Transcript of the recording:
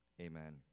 Amen